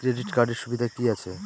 Credit কার্ডের সুবিধা কি আছে?